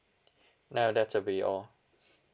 no that will be all